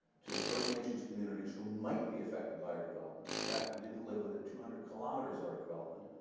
to the first nations communities who might be affected by our development. in fact, who didn't live within two hundred kilometres of our development,